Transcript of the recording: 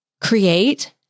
create